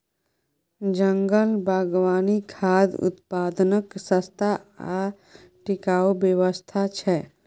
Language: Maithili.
जंगल बागवानी खाद्य उत्पादनक सस्ता आ टिकाऊ व्यवस्था छै